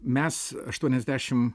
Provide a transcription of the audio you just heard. mes aštuoniasdešim